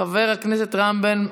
חבר הכנסת רם בן ברק.